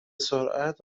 سرعت